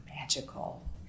magical